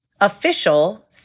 official